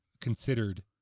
considered